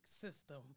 system